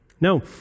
No